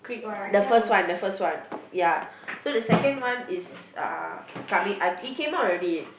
the first one the first one ya so the second one is ah coming it came out already